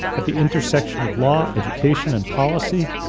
at the intersection of law, education, and policy,